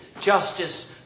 justice